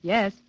Yes